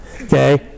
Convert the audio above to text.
Okay